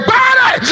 body